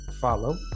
follow